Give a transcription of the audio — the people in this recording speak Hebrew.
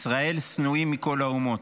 ישראל שנואים מכל האומות,